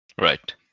Right